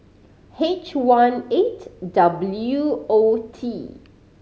H one eight W O T